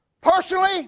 Personally